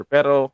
Pero